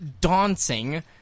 dancing